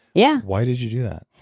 yeah why did you do that?